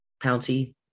Pouncy